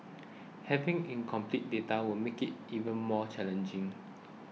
having incomplete data will make it even more challenging